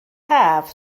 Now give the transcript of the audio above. haf